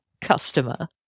customer